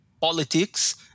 politics